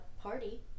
party